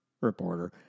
reporter